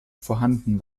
vorhanden